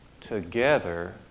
together